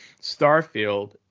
Starfield